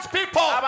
people